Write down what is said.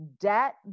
debt